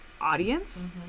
audience